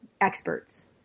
experts